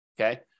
Okay